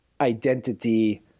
identity